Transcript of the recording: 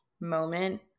moment